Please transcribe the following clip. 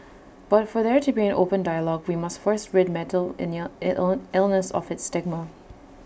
but for there to be an open dialogue we must first rid mental illness of its stigma